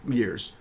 years